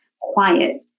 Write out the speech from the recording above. quiet